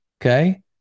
Okay